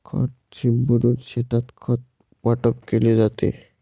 खत शिंपडून शेतात खत वाटप केले जाते